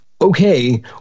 okay